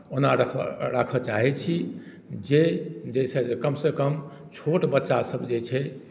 ओना रख राखय चाहैत छी जे देशक कमसँ कम छोट बच्चासभ जे छै